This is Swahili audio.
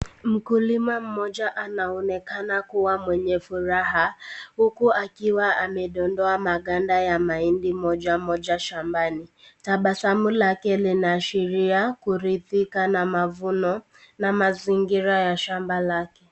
Mkulima mmoja anaonekana kuwa mwenye furaha, huku akiwa amedondoa maganda ya mahindi mojamoja ya shambani, tabasamu lake linaashiria kuridhika na mavuno na mazingira ya shamba lake.